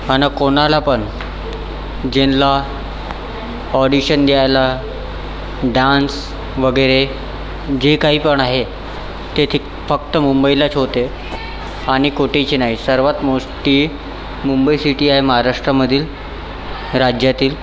आणि कोणाला पण ज्यांना ऑडिशन द्यायला डान्स वगैरे जे काही पण आहे ते ते फक्त मुंबईलाच होते आणि कुठेच नाही सर्वात मोठी मुंबई सिटी आहे महाराष्ट्रामधील राज्यातील